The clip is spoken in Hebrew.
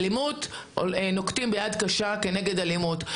צריך לנקוט ביד קשה נגד אלימות,